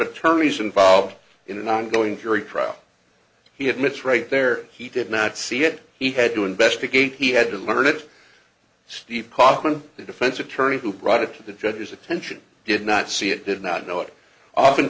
attorneys involved in an ongoing jury trial he admits right there he did not see it he had to investigate he had to learn it steve cochran the defense attorney who brought it to the judge's attention did not see it did not know it